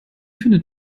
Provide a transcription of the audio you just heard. findet